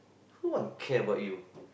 who want to care about you